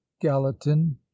gallatin